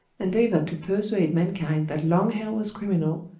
endeavored to persuade mankind that long hair was criminal,